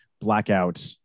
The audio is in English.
blackout